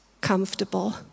comfortable